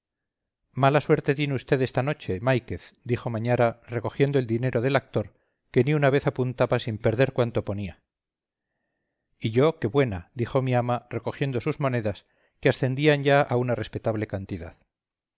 mala suerte tiene vd esta noche máiquez dijo mañara recogiendo el dinero del actor que ni una vez apuntaba sin perder cuanto ponía y yo qué buena dijo mi ama recogiendo sus monedas que ascendían ya a una respetable cantidad